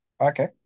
Okay